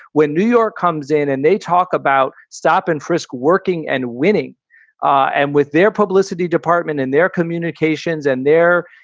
when new york comes in and they talk about stop and frisk working and winning and with their publicity department and their communications and their,